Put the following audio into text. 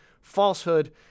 falsehood